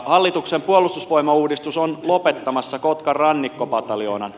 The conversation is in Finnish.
hallituksen puolustusvoimauudistus on lopettamassa kotkan rannikkopataljoonan